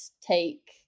take